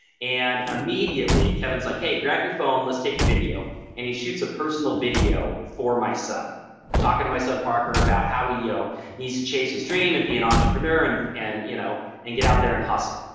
and immediately kevin's like hey grab your phone let's take a video and he shoots a personal video for my son talking to my son parker about how he you know needs to chase his dream and be an entrepreneur. and and you know and get out there and hustle.